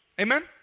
Amen